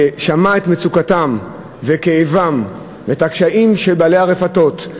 ושמעו את מצוקתם ואת כאבם ואת קשייהם של בעלי הרפתות.